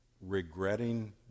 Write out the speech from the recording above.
regretting